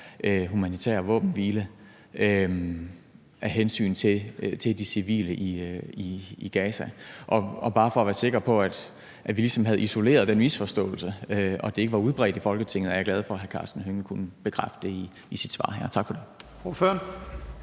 humanitær våbenhvile af hensyn til de civile i Gaza. Bare for at være sikker på, at vi ligesom havde isoleret den misforståelse, og at det ikke var udbredt i Folketinget, vil jeg sige, at jeg er glad for, at hr. Karsten Hønge kunne bekræfte det i sit svar her. Tak for det.